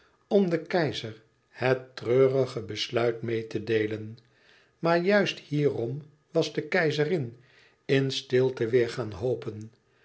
om den keizer het treurige besluit meê te deelen maar juist hierom was de keizerin in stilte weêr gaan hopen